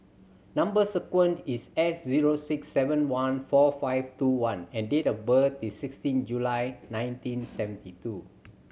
number sequence is S zero six seven one four five two one and date of birth is sixteen July nineteen seventy two